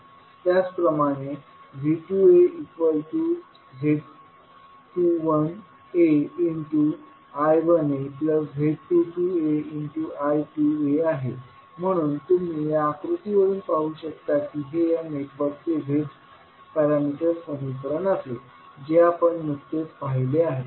त्याचप्रमाणेV2az21aI1az22aI2aआहे म्हणून तुम्ही या आकृतीवरून पाहू शकता की हे या नेटवर्कचे z पॅरामीटर समीकरण असेल जे आपण नुकतेच पाहिले आहे